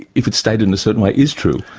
if it's stated in a certain way, is true,